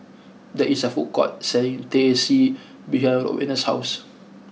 there is a food court selling Teh C behind Rowena's house